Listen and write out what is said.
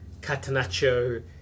Catanaccio